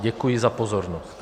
Děkuji za pozornost.